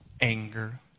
anger